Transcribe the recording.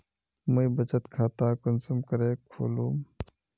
मुई बचत खता कुंसम करे खोलुम?